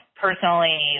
personally